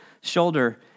shoulder